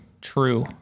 true